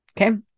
Okay